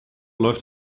läuft